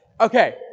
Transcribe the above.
Okay